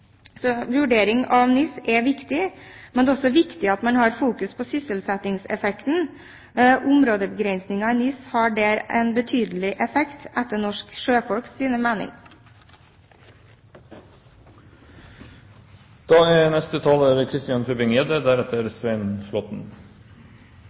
Vurdering av NIS er viktig, men det er også viktig at man har fokus på sysselsettingseffekten. Fartsområdebegrensingene i NIS har der en betydelig effekt etter norske sjøfolks mening. Som finanspolitiker er